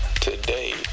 Today